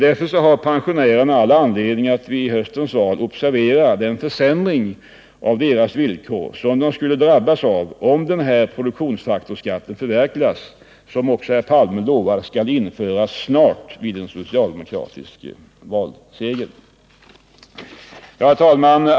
Därför har pensionärerna all anledning att vid höstens val observera den försämring av villkoren som de skulle drabbas av om produktionsfaktorsskatten förverkligades. Herr Palme har också lovat att den skall införas ”snart” vid en socialdemokratisk valseger. Herr talman!